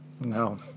no